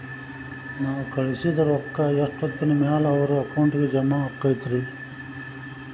ನಾವು ಕಳಿಸಿದ್ ರೊಕ್ಕ ಎಷ್ಟೋತ್ತಿನ ಮ್ಯಾಲೆ ಅವರ ಅಕೌಂಟಗ್ ಜಮಾ ಆಕ್ಕೈತ್ರಿ?